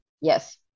Yes